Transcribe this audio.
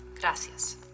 Gracias